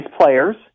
players